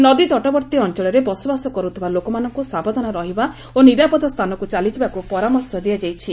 ନଦୀତଟବର୍ତ୍ତୀ ଅଞ୍ଚଳରେ ବସବାସ କରୁଥିବା ଲୋକମାନଙ୍କୁ ସାବଧାନ ରହିବା ଓ ନିରାପଦ ସ୍ଥାନକୁ ଚାଲିଯିବାକୁ ପରାମର୍ଶ ଦିଆଯାଇଛି